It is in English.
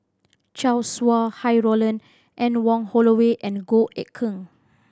Chow Sau Hai Roland Anne Wong Holloway and Goh Eck Kheng